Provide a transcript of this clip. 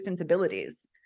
abilities